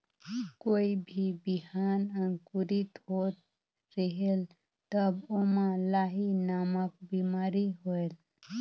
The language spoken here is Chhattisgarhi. कोई भी बिहान अंकुरित होत रेहेल तब ओमा लाही नामक बिमारी होयल?